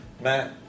Matt